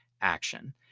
action